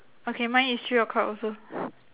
okay mine is three o'clock also